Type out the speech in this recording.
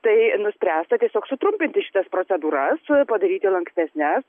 tai nuspręsta tiesiog sutrumpinti šitas procedūras padaryti lankstesnes